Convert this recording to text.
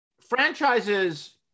franchises